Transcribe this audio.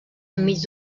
enmig